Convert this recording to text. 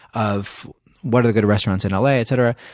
of what are the good restaurants in l a, etc.